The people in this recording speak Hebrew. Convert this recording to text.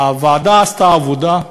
הוועדה עשתה עבודה,